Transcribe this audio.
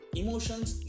emotions